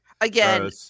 Again